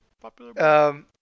Popular